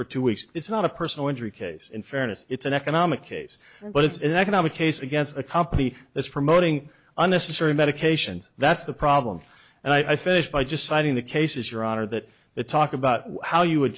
for two weeks it's not a personal injury case in fairness it's an economic case but it's an economic case against a company that's promoting unnecessary medications that's the problem and i finished by just citing the cases your honor that the talk about how you would